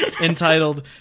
entitled